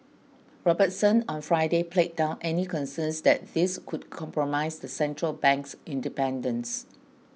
Robertson on Friday played down any concerns that this could compromise the central bank's independence